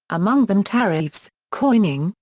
among them tariffs, coining,